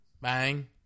Bang